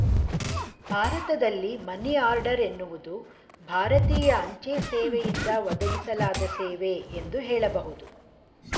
ಭಾರತದಲ್ಲಿ money order ಎನ್ನುವುದು ಭಾರತೀಯ ಅಂಚೆ ಸೇವೆಯಿಂದ ಒದಗಿಸಲಾದ ಸೇವೆ ಎಂದು ಹೇಳಬಹುದು